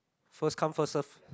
first come first serve